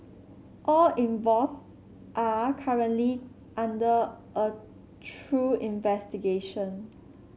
all involved are currently under a through investigation